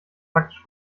praktisch